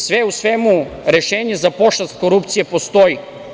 Sve u svemu, rešenje za pošast korupcije postoji.